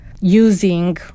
using